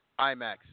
IMAX